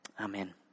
Amen